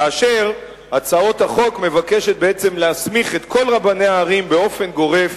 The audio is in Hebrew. כאשר הצעות החוק מבקשות בעצם להסמיך את כל רבני הערים באופן גורף,